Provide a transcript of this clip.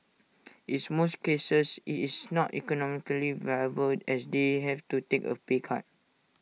is most cases IT is not economically viable as they have to take A pay cut